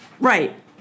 Right